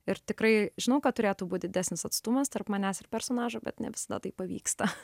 ir tikrai žinau kad turėtų būt didesnis atstumas tarp manęs ir personažų bet ne visada tai pavyksta